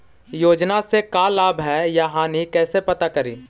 योजना से का लाभ है या हानि कैसे पता करी?